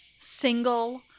single